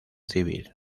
civil